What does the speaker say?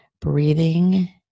breathing